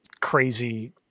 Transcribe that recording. crazy